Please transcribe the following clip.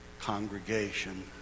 congregation